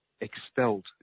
expelled